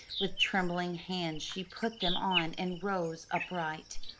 with trembling hands she put them on and rose upright.